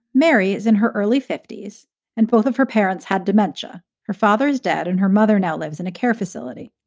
mary is in her early fifty s and both of her parents had dementia. her father's dead and her mother now lives in a care facility.